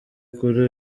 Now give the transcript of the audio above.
kuri